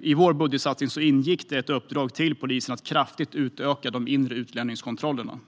I vår budgetsatsning ingick också ett uppdrag till polisen att kraftigt utöka de inre utlänningskontrollerna.